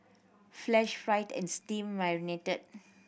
flash fried and steam marinated